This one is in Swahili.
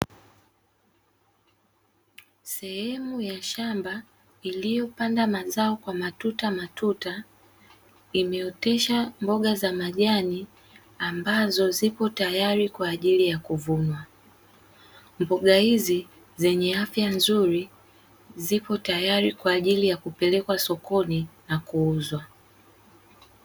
Sehemu ya shamba iliyopanda mazao kwa matutamatuta imeotesha mboga za majani ambazo zipo tayari kwa ajili ya kuvunwa, mboga hizi zenye afya nzuri zipo tayari kwa ajili ya kupelekwa sokoni na kuuzwa.